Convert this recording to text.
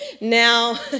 Now